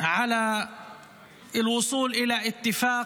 להלן תרגומם:).